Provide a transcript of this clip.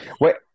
Wait